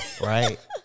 Right